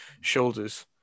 shoulders